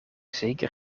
zeker